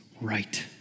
right